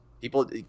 People –